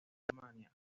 tasmania